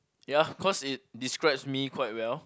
ya cause it describes me quite well